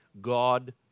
God